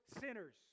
sinners